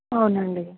అవునండి